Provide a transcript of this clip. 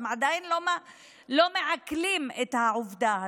הם עוד לא מעכלים את העובדה הזאת.